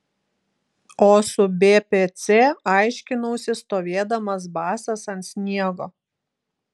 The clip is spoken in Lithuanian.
o su bpc aiškinausi stovėdamas basas ant sniego